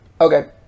Okay